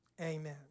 Amen